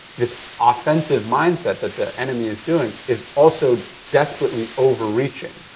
this offensive mindset that the enemy is doing, is also desperately overreaching,